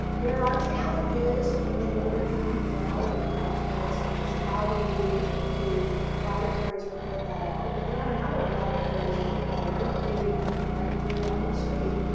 there are challenges in the literature coming out in and regards to this because how do the laboratories report that out, but there are a number of laboratories that you can order, including one right here down the street,